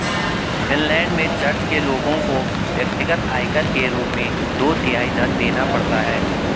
Finland में church के लोगों को व्यक्तिगत आयकर के रूप में दो तिहाई धन देना पड़ता है